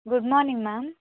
good morning ma'am